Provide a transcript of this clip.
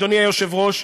אדוני היושב-ראש,